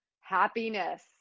happiness